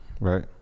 right